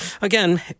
again